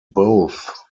both